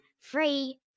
Free